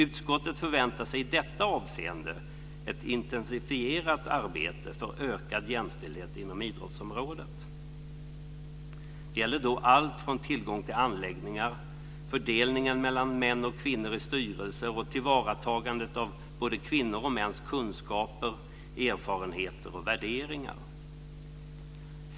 Utskottet förväntar sig i detta avseende ett intensifierat arbete för ökad jämställdhet inom idrottsområdet. Det gäller allt från tillgång till anläggningar till fördelningen mellan män och kvinnor i styrelser och tillvaratagandet av både kvinnors och mäns kunskaper, erfarenheter och värderingar.